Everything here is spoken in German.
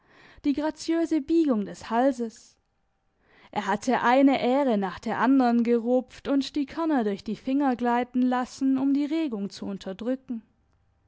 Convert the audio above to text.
die graziöse biegung des halses er hatte eine ähre nach der andern gerupft und die körner durch die finger gleiten lassen um die regung zu unterdrücken